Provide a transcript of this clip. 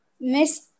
miss